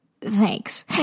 Thanks